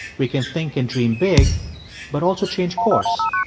we can think and dream big but also change course,